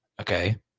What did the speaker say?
Okay